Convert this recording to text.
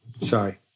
Sorry